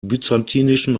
byzantinischen